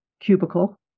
Cubicle